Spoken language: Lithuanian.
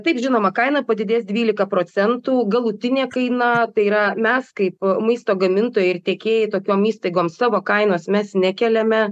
taip žinoma kaina padidės dvylika procentų galutinė kaina tai yra mes kaip maisto gamintojai ir tiekėjai tokiom įstaigom savo kainos mes nekeliame